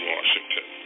Washington